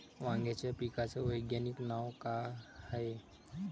वांग्याच्या पिकाचं वैज्ञानिक नाव का हाये?